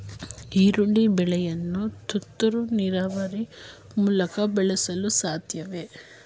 ಈರುಳ್ಳಿ ಬೆಳೆಯನ್ನು ತುಂತುರು ನೀರಾವರಿ ಮೂಲಕ ಬೆಳೆಸಲು ಸಾಧ್ಯವೇ?